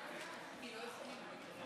אדוני היושב-ראש.